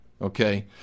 okay